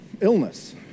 illness